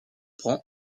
prend